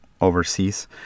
overseas